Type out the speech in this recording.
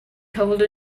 cold